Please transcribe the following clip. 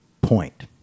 point